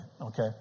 okay